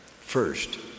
First